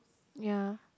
ya